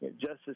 Justice